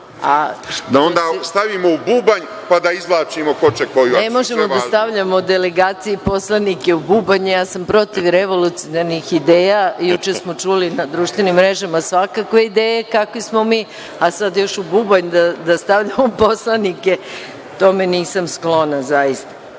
ako su sve važne. **Maja Gojković** Ne možemo da stavljamo delegacije i poslanike u bubanj. Ja sam protiv revolucionarnih ideja. Juče smo čuli na društvenim mrežama svakakve ideje kakvi smo mi, a sada još u bubanj da stavljamo poslanike, tome nisam sklona zaista.